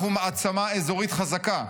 אנחנו מעצמה אזורית חזקה,